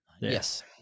Yes